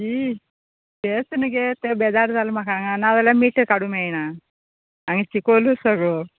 शी तेंच न्ही गे ते बेजार जाला म्हाका हांगा नाजाल्यार मीठ काडूं मेळना आनी चिकोलूच सगळो